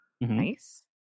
Nice